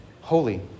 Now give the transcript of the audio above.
holy